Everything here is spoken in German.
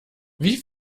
wie